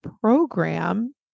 program